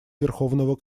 верховного